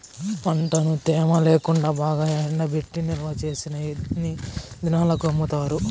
పంటను తేమ లేకుండా బాగా ఎండబెట్టి నిల్వచేసిన ఎన్ని దినాలకు అమ్ముతారు?